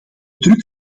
druk